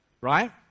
right